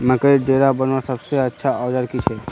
मकईर डेरा बनवार सबसे अच्छा औजार की छे?